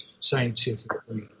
scientifically